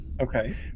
okay